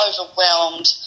overwhelmed